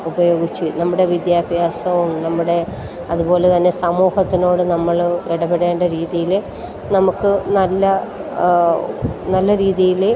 ഉപയോഗിച്ച് നമ്മുടെ വിദ്യാഭ്യാസവും നമ്മുടെ അതുപോലെത്തന്നെ സമൂഹത്തിനോട് നമ്മൾ ഇടപെടേണ്ട രീതീയിൽ നമുക്ക് നല്ല നല്ല രീതിയിൽ